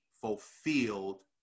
fulfilled